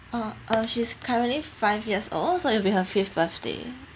uh uh she's currently five years old so it'll be her fifth birthday